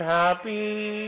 happy